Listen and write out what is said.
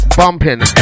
bumping